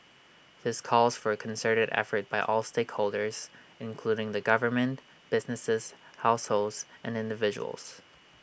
this calls for A concerted effort by all stakeholders including the government businesses households and individuals